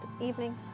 evening